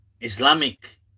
islamic